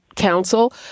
Council